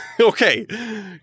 okay